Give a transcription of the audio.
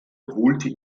holte